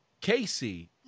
Casey